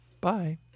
Bye